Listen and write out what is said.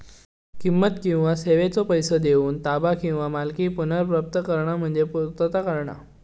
किंमत किंवा सेवेचो पैसो देऊन ताबा किंवा मालकी पुनर्प्राप्त करणा म्हणजे पूर्तता करणा